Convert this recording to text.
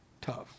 tough